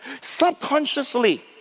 Subconsciously